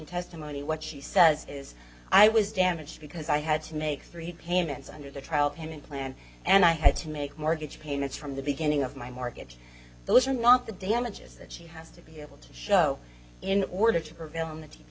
testimony what she says is i was damaged because i had to make three payments under the trial payment plan and i had to make mortgage payments from the beginning of my mortgage those are not the damages that she has to be able to show in order to prevail on the t